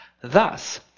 Thus